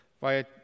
via